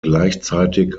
gleichzeitig